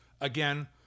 again